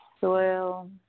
soil